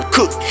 Cook